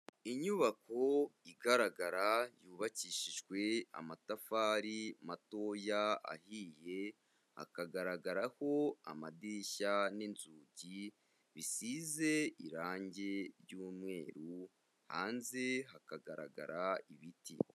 Inyubako igaragara yubakishijwe amatafari matoya ahiye, hakagaragaraho amadirishya n'inzugi bisize irange ry'umweru hanze hakagaragara ibiti.